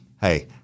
Hey